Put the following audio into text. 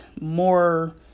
more